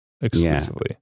exclusively